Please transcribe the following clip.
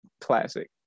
classic